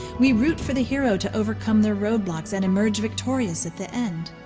we root for the hero to overcome their road blocks and emerge victorious at the en.